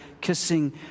kissing